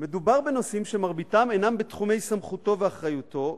מדובר בנושאים שמרביתם אינם בתחומי סמכותו ואחריותו,